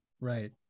Right